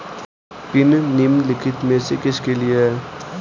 Pin निम्नलिखित में से किसके लिए है?